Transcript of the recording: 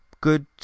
good